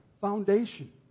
foundation